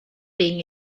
being